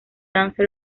dance